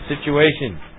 situation